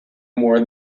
more